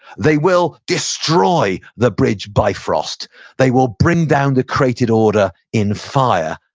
they will destroy the bridge, bifrost. they will bring down the created order in fire.